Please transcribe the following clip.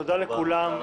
תודה לכולם.